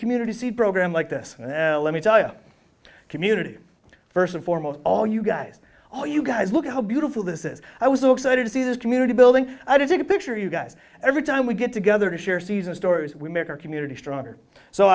community seed program like this and let me tell you community first and foremost all you guys all you guys look how beautiful this is i was so excited to see this community building i did take a picture you guys every time we get together to share season stories we make our community s